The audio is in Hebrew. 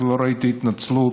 רק לא ראיתי התנצלות,